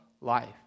life